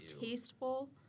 tasteful